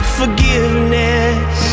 forgiveness